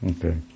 Okay